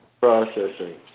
processing